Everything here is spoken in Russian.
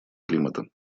климата